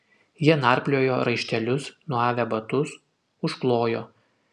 jie narpliojo raištelius nuavę batus užklojo